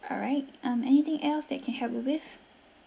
alright um anything else that can help you with